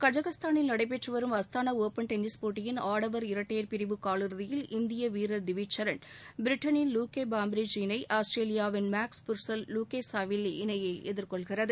கஜகஸ்தானில் நடைபெற்றுவரும் Astana open tennis போட்டியின் ஆடவர் இரட்டையர் பிரிவு காலிறுதியில் இந்திய வீரர் திவிஜ் சரண் பிரட்டனின் லூகே பாம்பிரிட்ஜ் இணை ஆஸ்திரேலியாவின் மேக்ஸ் புர்செல் லூகே சாவில்லி இணையை எதிர்கொள்கிறது